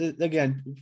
again